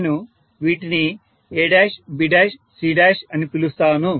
నేను వీటిని ABCఅని పిలుస్తాను